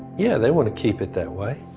yeah they want to keep it that way,